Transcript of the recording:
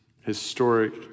historic